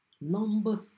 Number